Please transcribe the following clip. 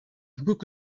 hukuk